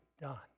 done